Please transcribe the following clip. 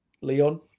Leon